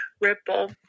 ripple